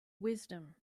wisdom